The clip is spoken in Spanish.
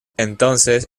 entonces